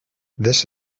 this